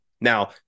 Now